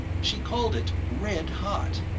she called it red hot.